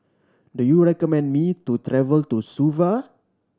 do you recommend me to travel to Suva